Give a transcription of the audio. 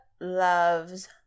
loves